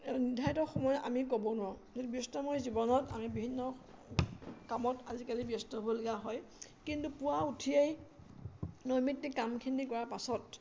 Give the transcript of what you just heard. নিৰ্ধাৰিত সময় আমি ক'ব নোৱাৱো যদি ব্যস্তময় জীৱনত আমি বিভিন্ন কামত আজিকালি ব্যস্ত হ'বলগীয়া হয় কিন্তু পুৱা উঠিয়েই নৈমিত্তিক কামখিনি কৰাৰ পাছত